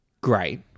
great